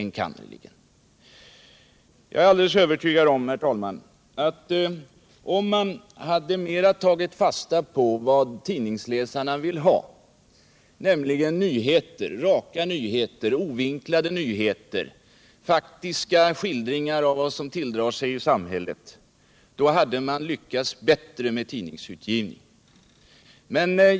Jag är dock alldeles övertygad om att om man hade tagit mera fasta på vad tidningsläsarna vill ha, nämligen raka och ovinklade nyheter och faktiska skildringar av vad som tilldrar sig i samhället — då hade man lyckats bättre med tidningsutgivningen.